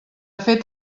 fet